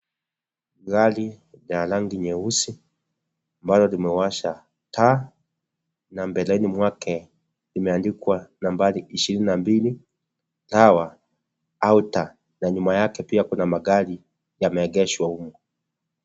Gari la rangi nyeusi ambalo limewasha taa na mbeleni mwake limeandikwa nambari ishirini na mbili RAWA AUTA na nyuma yake pia kuna magari yameegeshwa humu.